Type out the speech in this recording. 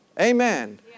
Amen